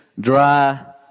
dry